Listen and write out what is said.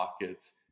pockets